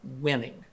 winning